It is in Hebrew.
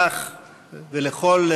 לך,